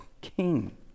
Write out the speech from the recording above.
king